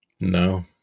No